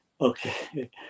Okay